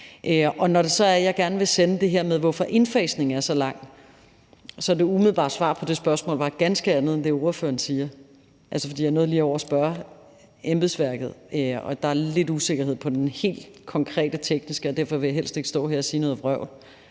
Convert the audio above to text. gerne vil oversende det her svar på, hvorfor indfasningen er så lang, så er det, fordi det umiddelbare svar på det spørgsmål er noget ganske andet end det, ordføreren siger. Jeg nåede lige over at spørge embedsværket, og der er lidt usikkerhed om det helt konkret tekniske, og derfor vil jeg helst ikke stå her og sige noget vrøvl.